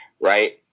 right